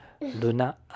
Luna